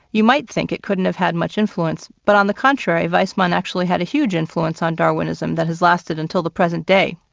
you might think it couldn't have had much influence. but on the contrary, weismann actually had a huge influence on darwinism that has lasted until the present day.